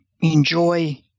enjoy